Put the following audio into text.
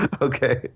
Okay